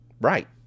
Right